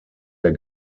der